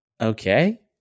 okay